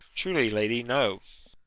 truly, lady, no.